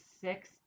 six